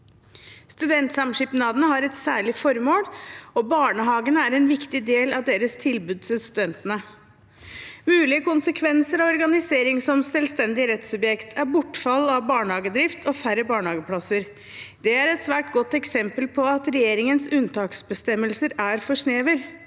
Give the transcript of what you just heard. Studentsamskipnadene har et særlig formål, og barnehagene er en viktig del av deres tilbud til studentene. Mulige konsekvenser av organisering som selvstendig rettssubjekt er bortfall av barnehagedrift og færre barnehageplasser. Det er et svært godt eksempel på at regjeringens unntaksbestemmelse er for snever.